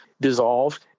dissolved